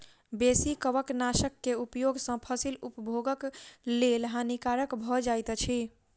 बेसी कवकनाशक के उपयोग सॅ फसील उपभोगक लेल हानिकारक भ जाइत अछि